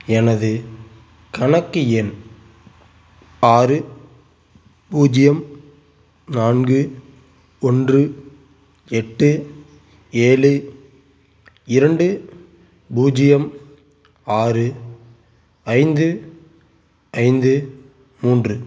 எனது கணக்கு எண் ஆறு பூஜ்ஜியம் நான்கு ஒன்று எட்டு ஏழு இரண்டு பூஜ்ஜியம் ஆறு ஐந்து ஐந்து மூன்று